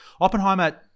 Oppenheimer